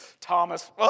Thomas